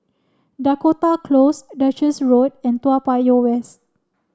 Dakota Close Duchess Road and Toa Payoh West